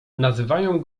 nazywają